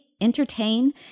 entertain